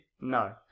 No